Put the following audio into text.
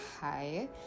hi